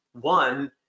one